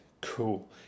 cool